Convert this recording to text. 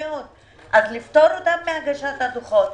אז לפטור אותן מהגשת הדוחות.